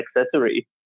accessory